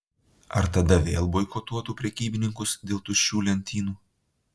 ar tada vėl boikotuotų prekybininkus dėl tuščių lentynų